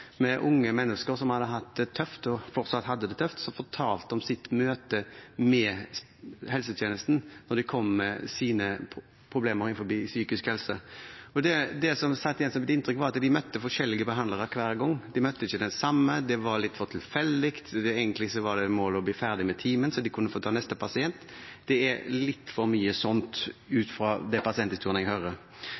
med unge mennesker som hadde hatt det tøft, og som fortsatt hadde det tøft, som fortalte om sine møter med helsetjenesten da de kom med sine problemer knyttet til psykisk helse. Det som satt igjen som et inntrykk, var at de møtte forskjellige behandlere hver gang. De møtte ikke den samme, det var litt for tilfeldig, egentlig var det et mål om å bli ferdig med timen, slik at de kunne få ta neste pasient. Det er litt for mye sånt, ut fra de pasienthistoriene jeg hører.